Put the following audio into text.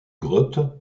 grottes